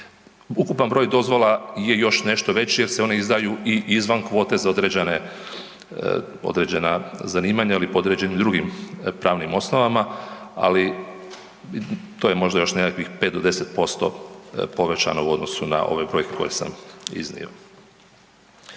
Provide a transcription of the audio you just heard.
Ukupan broj dozvola je još nešto veći jer se one izdaju i izvan kvote za određena zanimanja ili po određenim drugim pravnim osnovama, ali to je možda još nekakvih 5 do 10% povećano u odnosu na ove brojke koje sam iznio.